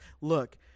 Look